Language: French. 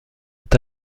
est